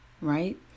right